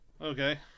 Okay